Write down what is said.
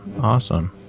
awesome